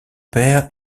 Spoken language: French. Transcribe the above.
père